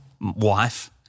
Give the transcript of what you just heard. wife